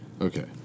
Okay